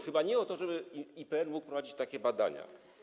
Chyba nie o to, żeby IPN mógł prowadzić takie badania.